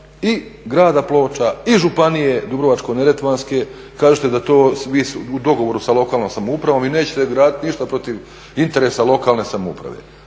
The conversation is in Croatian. i Grad Ploča, i županije Dubrovačko-neretvanske? Kažete da to vi u dogovoru sa lokalnom samoupravom i nećete graditi ništa protiv interesa lokalne samouprave.